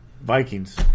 Vikings